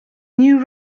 new